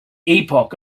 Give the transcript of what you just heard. epoch